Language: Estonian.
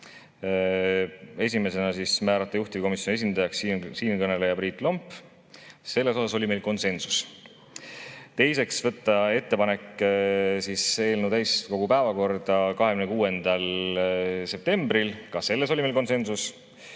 Esiteks, määrata juhtivkomisjoni esindajaks siinkõneleja Priit Lomp. Selles osas oli meil konsensus. Teiseks, teha ettepanek võtta eelnõu täiskogu päevakorda 26. septembril. Ka selles oli meil konsensus.